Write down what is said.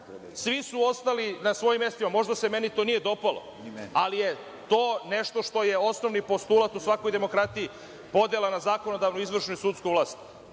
Svi su ostali na svojim mestima. Možda se meni to nije dopalo, ali je to nešto što je osnovni postulat u svakoj demokratiji, podela na zakonodavnu, izvršnu i sudsku vlast.